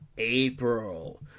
April